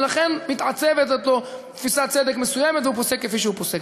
ולכן מתעצבת אצלו תפיסת צדק מסוימת והוא פוסק כפי שהוא פוסק.